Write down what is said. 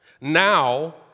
Now